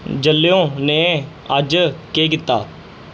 जेऐल्लओ ने अज्ज केह् कीता